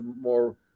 more